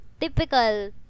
typical